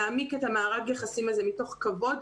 להעמיק את מארג היחסים הזה מתוך כבוד,